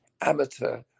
amateur